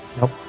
Nope